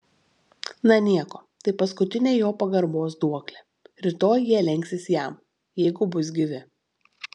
na nieko tai paskutinė jo pagarbos duoklė rytoj jie lenksis jam jeigu bus gyvi